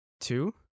Two